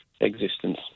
existence